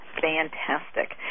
fantastic